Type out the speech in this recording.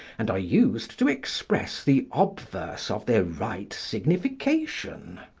and are used to express the obverse of their right signification.